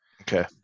Okay